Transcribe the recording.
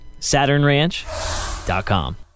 SaturnRanch.com